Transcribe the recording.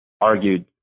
argued